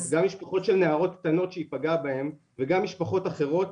גם משפחות של נערות קטנות שהיא פגעה בהן וגם משפחות אחרות.